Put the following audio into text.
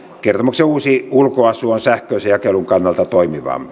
kertomuksen uusi ulkoasu on sähköisen jakelun kannalta toimivampi